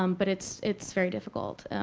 um but it's it's very difficult.